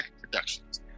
Productions